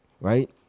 right